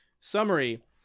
summary